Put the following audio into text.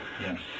Yes